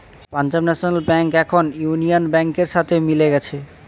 Punjab national bank এখন union ব্যাংকের সাথে মিলে গেছে